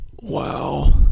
Wow